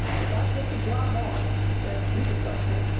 if i take the job on, he said, you can trust me.